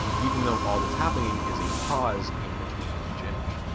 even though all that's happening is a pause in between each image.